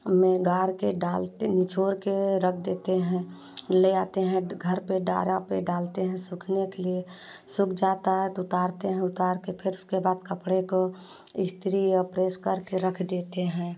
में गार के डालते निचोड़ के रख देते हैं ले आते हैं घर पे डारा पे डालते हैं सूखने के लिए सूख जाता है तो उतारते हैं उतार के फिर उसके बाद कपड़े को इस्तरी या प्रेस करके रख देते हैं